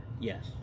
Yes